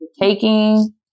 taking